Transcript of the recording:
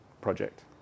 project